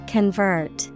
Convert